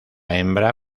hembra